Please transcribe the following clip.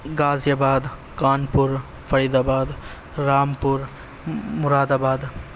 غازی آباد Kanpur Faizabad Rampur مراد آباد